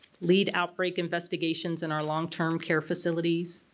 lead outbreak investigations in our long-term care facilities,